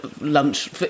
lunch